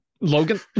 Logan